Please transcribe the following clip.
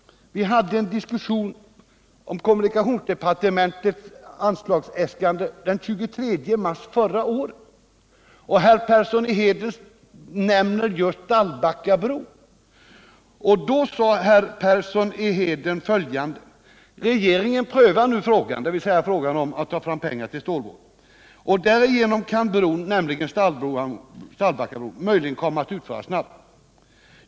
Vi hade en diskussion om kommunikationsdepartementets anslagsäskanden den 23 mars förra året. Herr Arne Persson nämnde då just Stallbackabron, och sade följande: ”Regeringen prövar nu frågan” — dvs. frågan om att ta fram pengar till bron. ”Därigenom kan bron ”— Stallbackabron — ”möjligen komma att utföras snabbare.